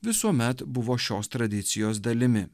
visuomet buvo šios tradicijos dalimi